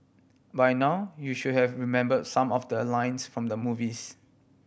by now you should have remember some of the lines from the movies